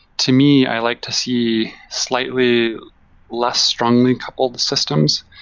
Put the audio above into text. to me, i like to see slightly less strongly coupled systems.